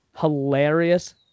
hilarious